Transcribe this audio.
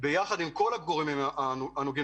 ביחד עם כל הגורמים בדבר.